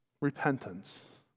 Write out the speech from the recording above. repentance